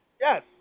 Yes